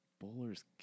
Bowler's